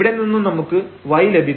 ഇവിടെ നിന്നും നമുക്ക് y ലഭിക്കും